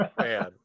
man